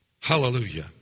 Hallelujah